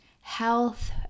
health